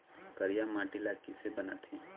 करिया माटी ला किसे बनाथे?